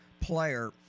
player